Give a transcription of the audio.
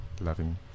loving